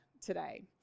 today